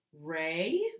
Ray